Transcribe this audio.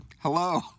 hello